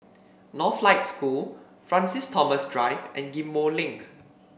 Northlight School Francis Thomas Drive and Ghim Moh Link